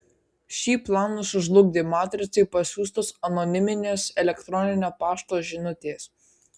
šį planą sužlugdė matricai pasiųstos anoniminės elektroninio pašto žinutės